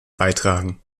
beitragen